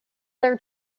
their